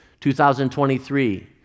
2023